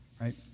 right